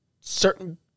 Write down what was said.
Certain